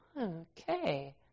okay